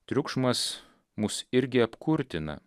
triukšmas mus irgi apkurtina